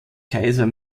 kaiser